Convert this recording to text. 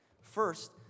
First